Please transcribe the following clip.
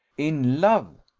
in love!